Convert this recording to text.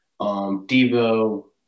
Devo –